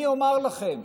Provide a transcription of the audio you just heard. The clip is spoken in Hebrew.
אני אומר לכם,